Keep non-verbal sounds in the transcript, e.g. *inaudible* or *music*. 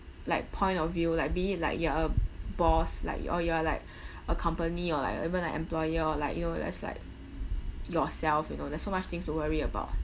like point of view like be it like you're a boss like you're or you are like *breath* a company or like or even like employer or like you know just like yourself you know there's so much things to worry about